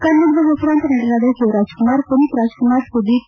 ಕನ್ನಡದ ಹೆಸರಾಂತ ನಟರಾದ ಶಿವರಾಜಕುಮಾರ್ ಪುನೀತ್ ರಾಜಕುಮಾರ್ ಸುದೀಪ್